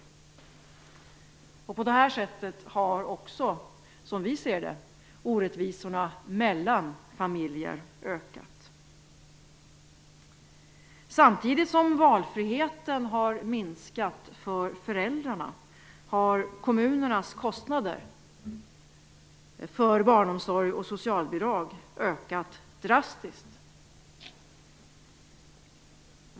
På det här sättet har också orättvisorna mellan familjer ökat. Samtidigt som valfriheten har minskat för föräldrarna har kommunernas kostnader för barnomsorg och socialbidrag ökat drastiskt.